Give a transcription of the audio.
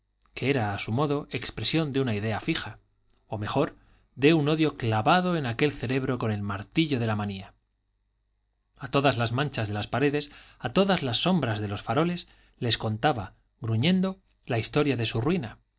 que era a su modo expresión de una idea fija o mejor de un odio clavado en aquel cerebro con el martillo de la manía a todas las manchas de las paredes a todas las sombras de los faroles les contaba gruñendo la historia de su ruina